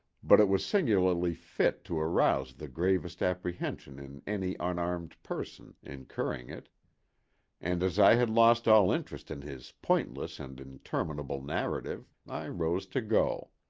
but it was singularly fit to arouse the gravest apprehension in any unarmed person incurring it and as i had lost all interest in his pointless and interminable narrative, i rose to go.